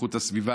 לאיכות הסביבה.